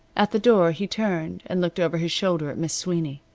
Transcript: at the door he turned and looked over his shoulder at miss sweeney.